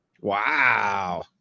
Wow